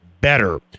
better